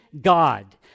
God